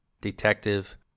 detective